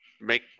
make